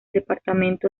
departamento